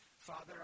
Father